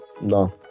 No